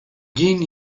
jim